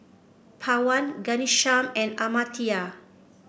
Pawan Ghanshyam and Amartya